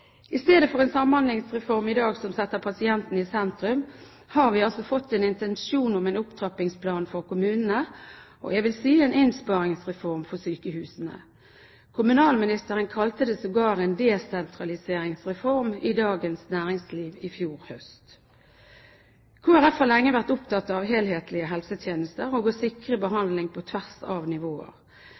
I stedet for en samhandlingsreform som setter pasienten i sentrum, har vi i dag fått en intensjon om en opptrappingsplan for kommunene, og jeg vil si en innsparingsreform for sykehusene. Kommunalministeren kalte det sågar en desentraliseringsreform i Dagens Næringsliv i fjor høst. Kristelig Folkeparti har lenge vært opptatt av helhetlige helsetjenester og av å sikre behandling på tvers av nivåer.